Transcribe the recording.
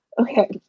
Okay